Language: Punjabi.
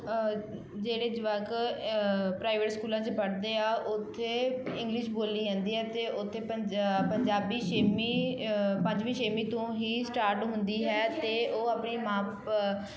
ਜਿਹੜੇ ਜਵਾਕ ਪ੍ਰਾਈਵੇਟ ਸਕੂਲਾਂ 'ਚ ਪੜ੍ਹਦੇ ਆ ਉੱਥੇ ਇੰਗਲਿਸ਼ ਬੋਲੀ ਜਾਂਦੀ ਹੈ ਅਤੇ ਉੱਥੇ ਪੰਜਾ ਪੰਜਾਬੀ ਛੇਵੀਂ ਪੰਜਵੀਂ ਛੇਵੀਂ ਤੋਂ ਹੀ ਸਟਾਰਟ ਹੁੰਦੀ ਹੈ ਅਤੇ ਉਹ ਆਪਣੀ ਮਾਂ ਪ